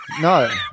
no